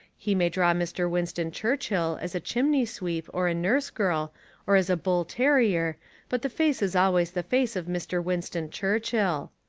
he may draw mr. winston churchill as a chimney sweep or a nurse-girl or as a bull-terrier but the face is always the face of mr. winston churchill.